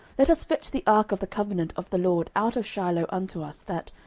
let us fetch the ark of the covenant of the lord out of shiloh unto us, that,